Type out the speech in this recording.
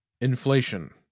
Inflation